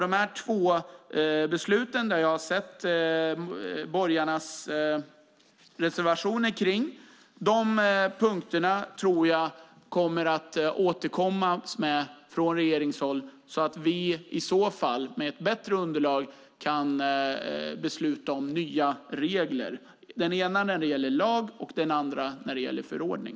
Dessa två beslut, där jag har sett borgarnas reservationer, tror jag kommer att återkomma från regeringshåll så att vi i så fall med ett bättre underlag kan besluta om nya regler - den ena när det gäller lag, och den andra när det gäller förordning.